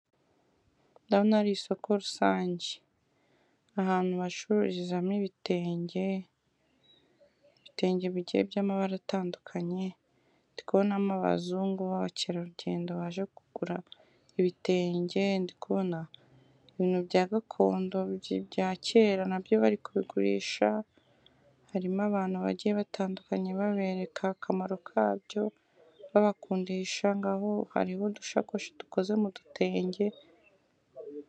Ndabona ari isoko rusange. Ahantu bacururizamo ibitenge, ibitenge bigiye by'amabara atandukanye, ndi kubonamo abazungu b'abakerarugendo baje kugura ibitenge, ndi kubona ibintu bya gakondo bya kera na byo bari kubigurisha, harimo abantu bagiye batandukanye babereka akamaro kabyo, babakundisha, ngaho hariho udushakoshi dukoze mu dutenge